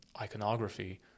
iconography